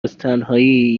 ازتنهایی